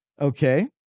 okay